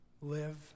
live